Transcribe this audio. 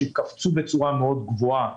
שקפצו בצורה גבוהה מאוד,